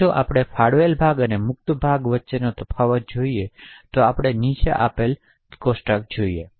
હવે જો આપણે ફાળવેલ ભાગ અને મુક્ત થયેલ ભાગ વચ્ચેનો તફાવત જોઈએ તો આપણે નીચે આપેલને જોઈએ છીએ